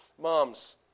moms